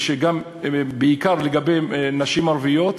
בעיקר לגבי נשים ערביות,